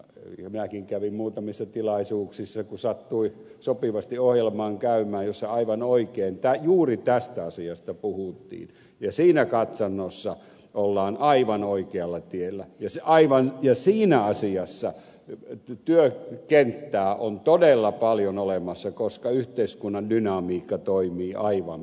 minäkin kävin muutamissa tilaisuuksissa kun sattui sopivasti ohjelmaan käymään joissa aivan oikein juuri tästä asiasta puhuttiin ja siinä katsannossa ollaan aivan oikealla tiellä ja siinä asiassa työkenttää on todella paljon olemassa koska yhteiskunnan dynamiikka toimii aivan päinvastaiseen suuntaan